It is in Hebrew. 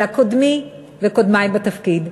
אלא קודמי וקודמי בתפקיד.